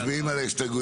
מצביעים על ההסתייגויות.